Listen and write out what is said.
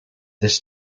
this